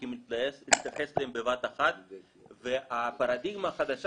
שצריכים להתייחס אליהן בבת אחת והפרדיגמה החדשה